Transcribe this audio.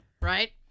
Right